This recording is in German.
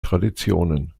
traditionen